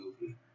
movie